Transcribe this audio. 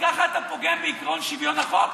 כי ככה אתה פוגם בעקרון שוויון החוק,